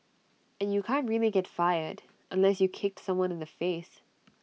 and you can't really get fired unless you kicked someone in the face